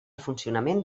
funcionament